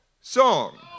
song